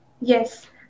Yes